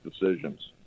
decisions